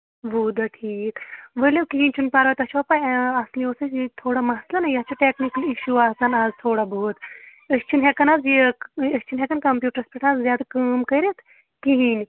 وُہ دۄہ ٹھیٖک ؤلِو کِہیٖنۍ چھُنہٕ پَرواے تۄہہِ چھوا پاے اَصلی اوس اَسہِ ییٚتہِ تھوڑا مَسلہٕ نا یَتھ چھُ ٹٮ۪کنِکَل اِشوٗ آسان اَز تھوڑا بہت أسۍ چھِنہٕ ہٮ۪کان حظ یہِ أسۍ چھِنہٕ ہٮ۪کان کَمپیوٗٹرَس پٮ۪ٹھ آز زیادٕ کٲم کٔرِتھ کِہیٖنۍ